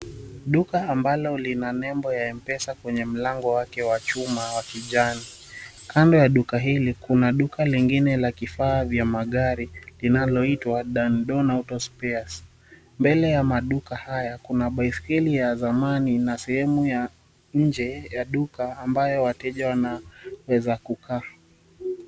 Duka ambalo lina nembo ya M-pesa kwenye mlango wake wa chuma wa kijani. Kando ya duka hili kuna duka lingine la kifaa vya magari linaloitwa "Dandon Auto spares". Mbele ya maduka haya, kuna baiskeli ya zamani na sehemu ya nje ya duka, ambayo wateja wanaeza kukaa.